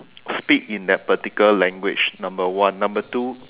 speak in that particular language number one number two